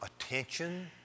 attention